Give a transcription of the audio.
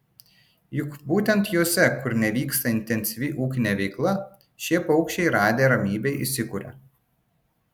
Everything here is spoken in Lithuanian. juk būtent jose kur nevyksta intensyvi ūkinė veikla šie paukščiai radę ramybę įsikuria